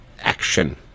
Action